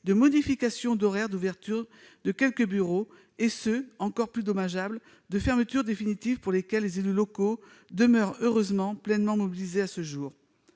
de modification des horaires d'ouverture de quelques bureaux et ceux, encore plus dommageables, de fermeture définitive, au sujet desquels les élus locaux demeurent, heureusement, pleinement mobilisés. Par